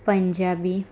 Punjabi